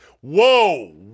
Whoa